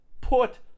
put